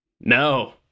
no